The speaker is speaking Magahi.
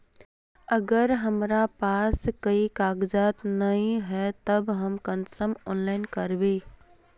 अगर हमरा पास कोई कागजात नय है तब हम कुंसम ऑनलाइन करबे?